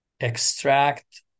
extract